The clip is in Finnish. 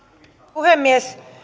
puhemies